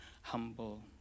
humble